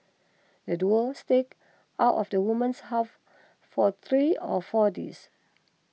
the duo staked out of the woman's house for three or four days